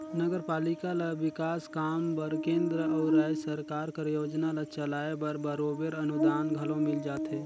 नगरपालिका ल बिकास काम बर केंद्र अउ राएज सरकार कर योजना ल चलाए बर बरोबेर अनुदान घलो मिल जाथे